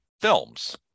films